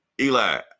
eli